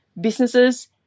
businesses